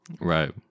Right